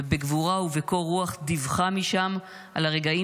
ובגבורה ובקור רוח דיווחה משם על הרגעים